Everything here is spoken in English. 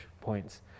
points